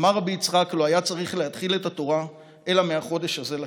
"אמר רבי יצחק: לא היה צריך להתחיל את התורה אלא מ'החדש הזה לכם',